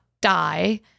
die